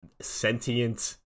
sentient